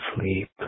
sleep